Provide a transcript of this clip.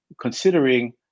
considering